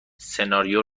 سناریو